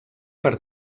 per